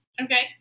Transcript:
okay